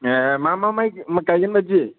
ए मा मा माइ गाइगोन बायदि